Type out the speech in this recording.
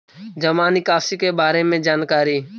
जामा निकासी के बारे में जानकारी?